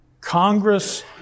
Congress